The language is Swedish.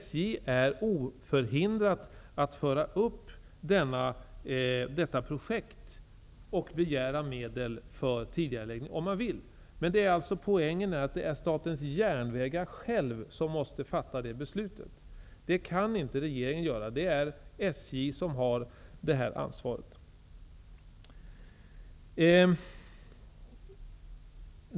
SJ är oförhindrat att föra upp detta projekt och begära medel för tidigareläggning, om man vill. Poängen är att det är Statens järnvägar som måste fatta beslutet. Det kan inte regeringen göra, det är SJ som har det ansvaret.